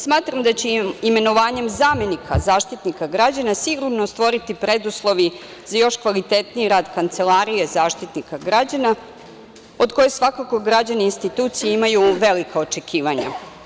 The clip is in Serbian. Smatram da će se imenovanjem zamenika Zaštitnika građana sigurno stvoriti preduslovi za još kvalitetniji rad kancelarije Zaštitnika građana, od koje svakako građani i institucije imaju velika očekivanja.